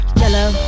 yellow